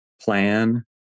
plan